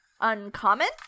uncommon